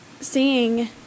seeing